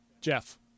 Jeff